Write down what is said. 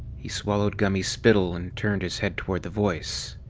he swallowed gummy spittle and turned his head toward the voice.